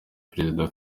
perezida